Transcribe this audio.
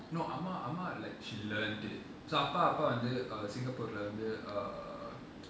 no அம்மாஅம்மா:amma amma lah like she learned it so அப்பாஅப்பாவந்து:appa appa vandhu singapore lah err